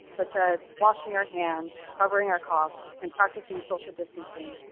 such as washing our hands, covering our cough and practicing social distancing.